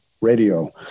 Radio